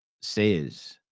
says